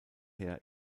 her